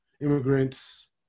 immigrants